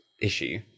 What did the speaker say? issue